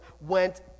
went